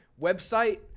website